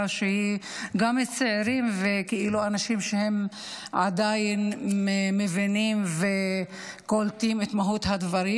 של הצעירים ואנשים שעדיין מבינים וקולטים את מהות הדברים,